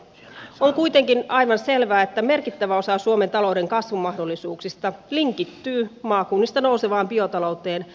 on kuitenkin aivan selvää että merkittävä osa suomen talouden kasvumahdollisuuksista linkittyy maakunnista nousevaan biotalouteen